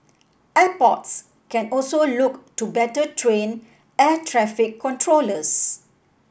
airports can also look to better train air traffic controllers